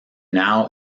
now